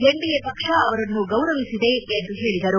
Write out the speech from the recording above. NDA ಪಕ್ಷ ಅವರನ್ನು ಗೌರವಿಸಿದೆ ಎಂದು ಹೇಳಿದರು